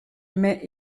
mais